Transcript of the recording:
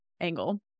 angle